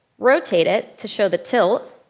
rotate it to show the tilt.